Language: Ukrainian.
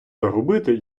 загубити